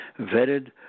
vetted